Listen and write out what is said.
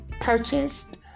purchased